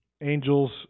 angels